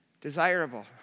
desirable